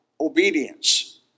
obedience